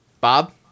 Bob